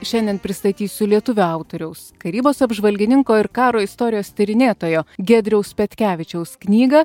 šiandien pristatysiu lietuvių autoriaus karybos apžvalgininko ir karo istorijos tyrinėtojo giedriaus petkevičiaus knyga